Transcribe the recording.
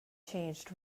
changed